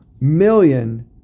million